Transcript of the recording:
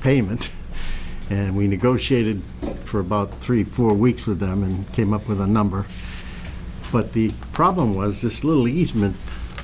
payment and we negotiated for about three four weeks with them and came up with a number but the problem was this little easement